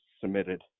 submitted